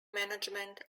management